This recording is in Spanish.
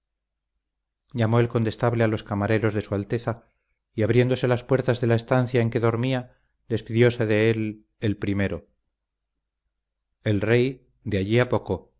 llamó el condestable a los camareros de su alteza y abriéndose las puertas de la estancia en que dormía despidióse de él el primero el rey de allí a poco